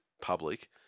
public